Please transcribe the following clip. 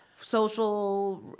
social